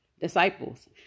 disciples